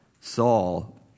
Saul